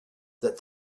that